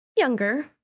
Younger